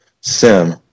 sim